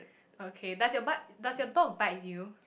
okay does your but does your dog bite you